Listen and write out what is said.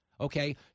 Okay